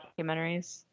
documentaries